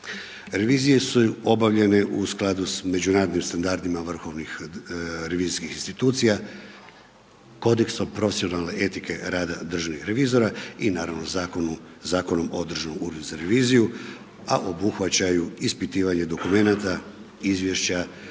Revizije su obavljene u skladu sa međunarodnim standardima vrhovnih revizijskih institucija, kodeksom profesionalne etike rada državnih revizora i naravno Zakonom o Državnom uredu za reviziju a obuhvaćaju ispitivanje dokumenata, izvješća,